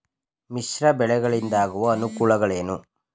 ಮಿಶ್ರ ಬೆಳೆಗಳಿಂದಾಗುವ ಅನುಕೂಲಗಳೇನು?